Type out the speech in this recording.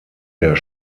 der